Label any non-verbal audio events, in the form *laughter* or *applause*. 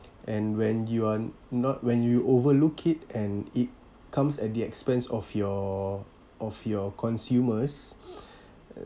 and when you are not when you overlook it and it comes at the expense of your of your consumers *noise*